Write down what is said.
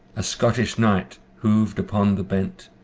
a scottish knight hoved upon the bent,